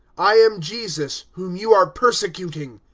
i am jesus, whom you are persecuting,